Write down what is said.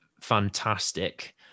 fantastic